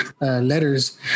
letters